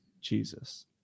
Jesus